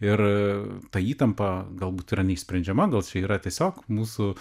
ir ta įtampa galbūt yra neišsprendžiama gal čia yra tiesiog mūsų